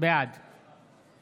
בעד